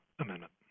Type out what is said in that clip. Amendment